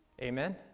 Amen